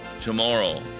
tomorrow